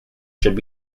should